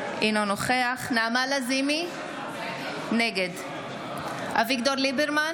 אינו נוכח נעמה לזימי, נגד אביגדור ליברמן,